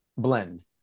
blend